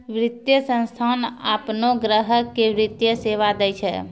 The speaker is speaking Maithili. वित्तीय संस्थान आपनो ग्राहक के वित्तीय सेवा दैय छै